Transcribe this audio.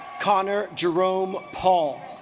connor jerome paul